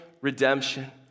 redemption